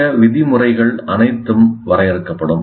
இந்த விதிமுறைகள் அனைத்தும் வரையறுக்கப்படும்